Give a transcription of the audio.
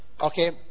okay